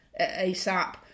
asap